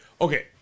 Okay